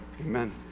amen